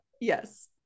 Yes